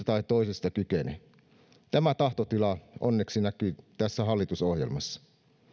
tai toisesta kykene tämä tahtotila onneksi näkyy tässä hallitusohjelmassa